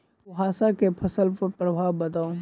कुहासा केँ फसल पर प्रभाव बताउ?